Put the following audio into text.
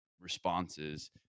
responses